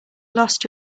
lost